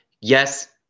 yes